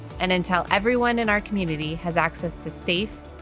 and until everyone in our community has access to safe,